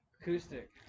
Acoustic